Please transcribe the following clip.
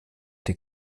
der